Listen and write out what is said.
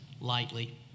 lightly